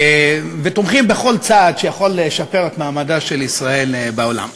ותומכים בכל צעד שיכול לשפר את מעמדה של ישראל בעולם.